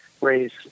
raise